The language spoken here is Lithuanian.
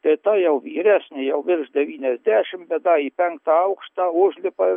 tai ta jau vyresnė jau virš devyniasdešim bet da į penktą aukštą užlipa